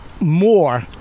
more